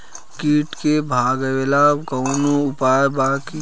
कीट के भगावेला कवनो उपाय बा की?